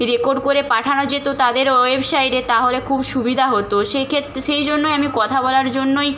record করে পাঠানো যেত তাদের ওয়েবসাইটে তা হলে খুব সুবিধা হতো সে ক্ষেত্রে সে জন্যই আমি কথা বলার জন্যই